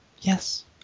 yes